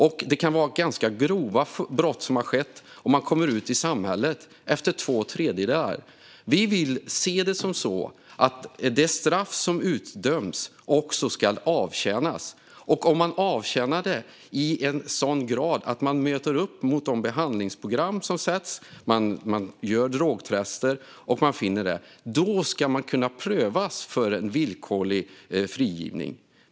Det kan vara ganska grova brott som har begåtts, och man kommer ändå ut i samhället efter två tredjedelar av tiden. Vi vill se det som så att det straff som utdöms också ska avtjänas. Om man när man avtjänar straffet möter upp mot de behandlingsprogram som sätts, gör drogtester och så vidare, då ska man kunna prövas för en villkorlig frigivning.